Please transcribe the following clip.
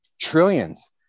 trillions